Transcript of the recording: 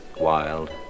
wild